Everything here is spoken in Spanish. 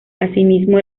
asimismo